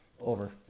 over